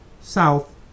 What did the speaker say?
South